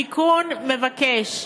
התיקון מבקש,